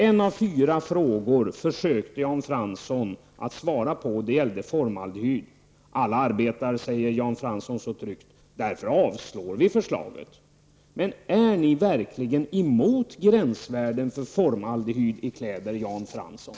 En av fyra frågor försökte Jan Fransson att svara på. Det gällde då formaldehyd. Alla arbetar, säger Jan Fransson mycket tryggt, och därför avstyrker vi förslaget. Men är ni verkligen emot gränsvärden för formaldehyd i kläder, Jan Fransson?